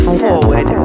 forward